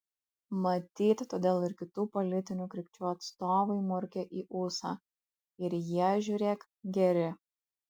matyt todėl ir kitų politinių krypčių atstovai murkia į ūsą ir jie žiūrėk geri